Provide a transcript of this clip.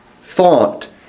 thought